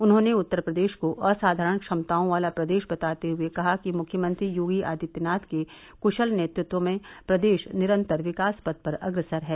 उन्होंने उत्तर प्रदेश को असाधारण क्षमताओं वाला प्रदेश बताते हुए कहा कि मुख्यमंत्री योगी आदित्यनाथ के कुशल नेतृत्व में प्रदेश निरंतर विकास पथ पर अग्रसर है